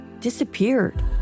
disappeared